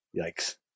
Yikes